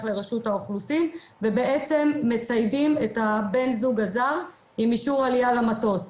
לרשות האוכלוסין ובעצם מציידים את הבן הזוג הזר באישור עלייה למטוס.